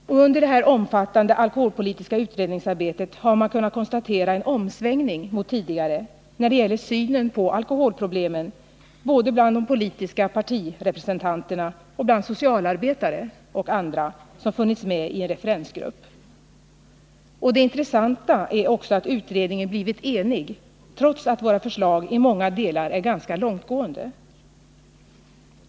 Under det omfattande alkoholpolitiska utredningsarbetet har man kunnat konstatera en omsvängning mot tidigare i synen på alkoholproblemen både bland de politiska partirepresentanterna och bland socialarbetare och andra som har funnits med i en referensgrupp. Det intressanta är också att utredningen har blivit enig trots att våra förslag i många delar är ganska långtgående.